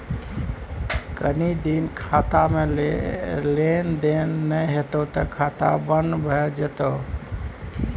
कनी दिन खातामे लेन देन नै हेतौ त खाता बन्न भए जेतौ